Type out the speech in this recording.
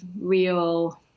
real